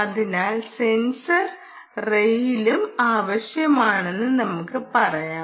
അതിനാൽ സെൻസർ റെയിലും ആവശ്യമാണെന്ന് നമുക്ക് പറയാം